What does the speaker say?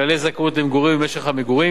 כללי זכאות למגורים ומשך המגורים.